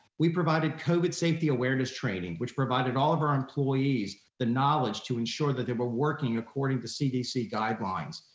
we provided covid safety awareness training which provided all of our employees the knowledge to ensure that they were working according to cdc guidelines,